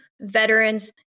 veterans